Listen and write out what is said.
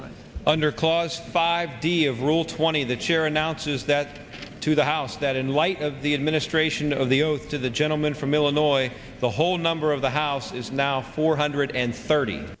your under clause five d of rule twenty this year announces that to the house that in light of the administration of the oath to the gentleman from illinois the whole number of the house is now four hundred and thirty